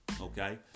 okay